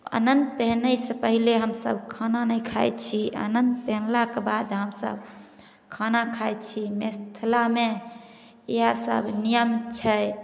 अनन्त पहिने से पहिले हमसब खाना नहि खाइ छी अनन्त पहिरलाक बाद हमसब खाना खाइ छी मिथिलामे इएह सब नियम छै